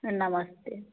नमस्ते